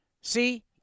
See